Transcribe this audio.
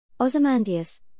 Ozymandias